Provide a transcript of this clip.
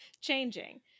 changing